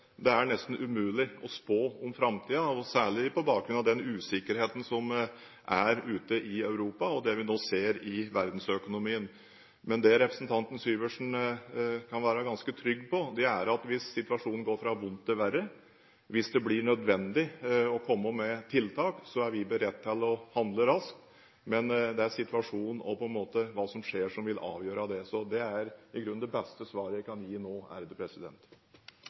det er nesten umulig å spå om framtiden, og særlig på bakgrunn av den usikkerheten som er ute i Europa, og det vi nå ser i verdensøkonomien. Men det representanten Syversen kan være ganske trygg på, er at hvis situasjonen går fra vondt til verre – hvis det blir nødvendig å komme med tiltak – er vi beredt til å handle raskt. Men det er situasjonen og hva som skjer, som vil avgjøre det. Det er i grunnen det beste svaret jeg kan gi nå.